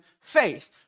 faith